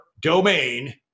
domain